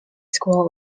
school